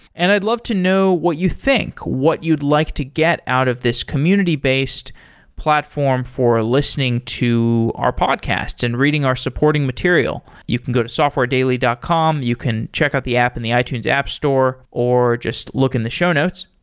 and i'd love to know what you think, what you'd like to get out of this community based platform for listening to our podcasts and reading our supporting material. you can go softwaredaily dot com. you can check out the app in the itunes app store or just look in the show notes.